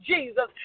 Jesus